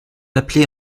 appelés